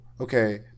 okay